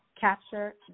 capture